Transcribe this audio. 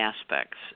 aspects